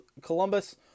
Columbus